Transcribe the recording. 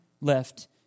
left